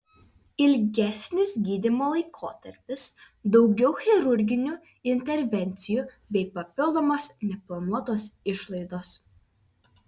ilgesnis gydymo laikotarpis daugiau chirurginių intervencijų bei papildomos neplanuotos išlaidos